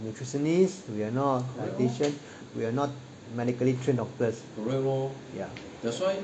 nutritionist we are not dietitian we are not medically trained doctors ya